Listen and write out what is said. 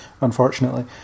unfortunately